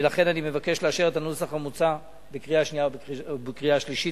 ולכן אני מבקש לאשר את הנוסח המוצע בקריאה השנייה ובקריאה השלישית.